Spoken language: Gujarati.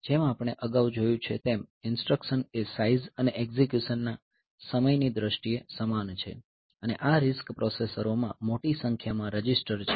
જેમ આપણે અગાઉ જોયું છે તેમ ઇન્સટ્રકશન એ સાઇઝ અને એકઝીક્યુશન ના સમયની દ્રષ્ટિએ સમાન છે અને આ RISC પ્રોસેસરોમાં મોટી સંખ્યામાં રજિસ્ટર છે